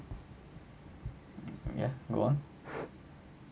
ya go on